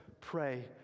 pray